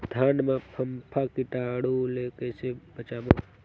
धान मां फम्फा कीटाणु ले कइसे बचाबो?